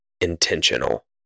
intentional